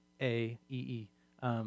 A-E-E